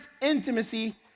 intimacy